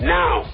now